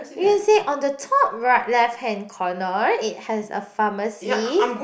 you can say on the top right left hand corner it has a pharmacy